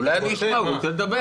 זאת אומרת שמה שאנחנו עושים כאן,